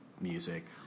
Music